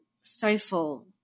stifle